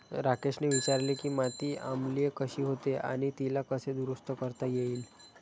राकेशने विचारले की माती आम्लीय कशी होते आणि तिला कसे दुरुस्त करता येईल?